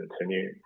continue